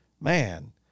Man